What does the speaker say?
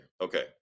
Okay